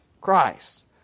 Christ